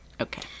Okay